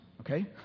okay